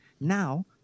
Now